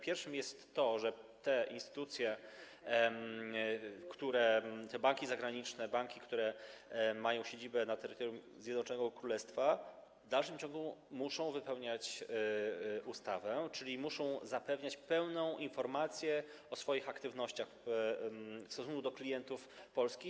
Pierwszym jest to, że te instytucje, banki zagraniczne, które mają siedzibę na terytorium Zjednoczonego Królestwa, w dalszym ciągu muszą wypełniać ustawę, czyli muszą zapewniać pełną informację o swoich aktywnościach w stosunku do klientów polskich.